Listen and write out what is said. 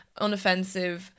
Unoffensive